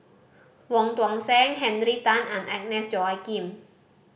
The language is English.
Wong Tuang Seng Henry Tan and Agnes Joaquim